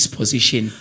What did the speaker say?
position